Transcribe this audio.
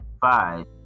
Five